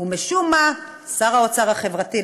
ומשום מה שר האוצר החברתי,